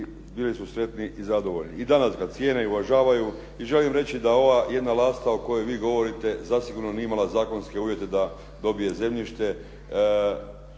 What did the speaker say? bili su sretni i zadovoljni. I danas ga cijene i uvažavaju i želim reći da ova jedna lasta o kojoj vi govorite zasigurno nije imala zakonske uvjete da dobije zemljište